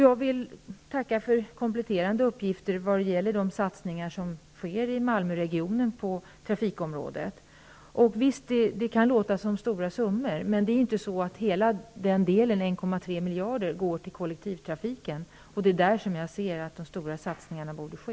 Jag vill tacka för de kompletterande uppgifterna om de satsningar som görs i Malmöregionen på trafikområdet. Visst kan det låta som stora summor. Men hela summan på 1,3 miljarder går inte till kollektivtrafiken. Det är där jag anser att de stora satsningarna borde ske.